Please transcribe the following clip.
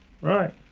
right